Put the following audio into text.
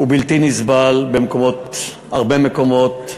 הוא בלתי נסבל בהרבה מקומות.